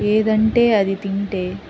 ఏదంటే అది తింటే